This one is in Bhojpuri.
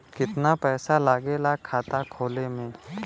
कितना पैसा लागेला खाता खोले में?